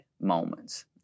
moments